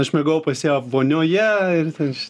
aš miegojau pas ją vonioje ir ten visi šit